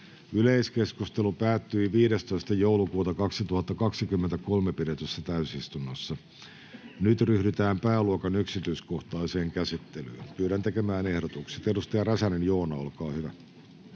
Yleiskeskustelu päättyi 18.12.2023 pidetyssä täysistunnossa. Nyt ryhdytään pääluokan yksityiskohtaiseen käsittelyyn. Hanna Sarkkisen ehdotus 1 ja Joona Räsäsen ehdotus 2 koskevat